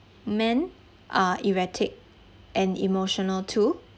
men are erratic and emotional too